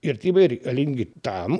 kirtimai reikalingi tam